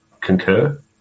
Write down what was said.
concur